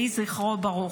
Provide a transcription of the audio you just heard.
יהי זכרו ברוך.